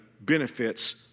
benefits